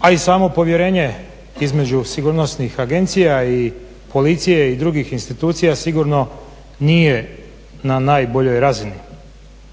a i samo povjerenje između sigurnosnih agencija i Policije i drugih institucija sigurno nije na najboljoj razini.